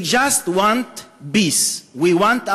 -לחם,